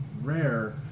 rare